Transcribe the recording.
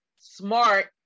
smart